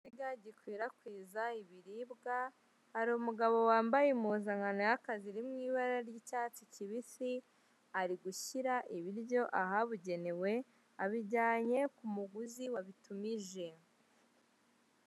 Gikwirakwiza ibiribwa, hari umugabo wambaye impuzankano y'akazi iri mu ibara ry'icyatsi kibisi ari gushyira ibiryo ahabugenewe abijyanye ku muguzi wabitumije.